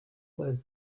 was